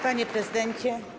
Panie Prezydencie!